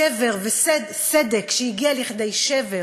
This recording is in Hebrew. שבר, סדק שהגיע כדי שבר